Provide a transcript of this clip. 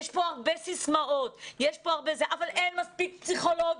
יש כאן הרבה סיסמאות אבל אין מספיק פסיכולוגים.